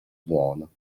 buono